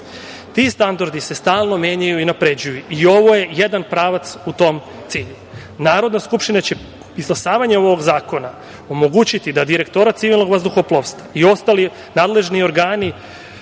Ti standardi se stalno menjaju i unapređuju i ovo je jedan pravac u tom cilju. Narodna skupština će izglasavanjem ovog zakona omogućiti da Direktorat civilnog vazduhoplovstva i ostali nadležni organi